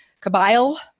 Kabyle